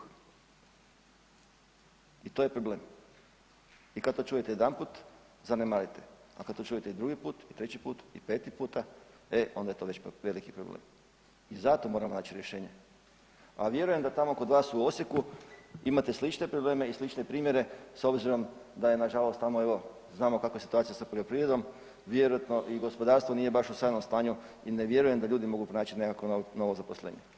I to je problem i kad to čujete jedanput, zanemarite, a kad to čujete i drugi put, treći put i 5. puta, e onda je to već veliki problem i zato moramo naći rješenje, a vjerujem da tamo kod vas u Osijeku imate slične probleme i slične primjere s obzirom da je nažalost tamo evo, znamo kakva je situacija sa poljoprivredom, vjerojatno i gospodarstvo nije baš u sjajnom stanju i ne vjerujem da ljudi mogu pronaći nekakvo novo zaposlenje.